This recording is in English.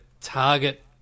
target